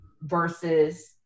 versus